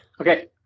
okay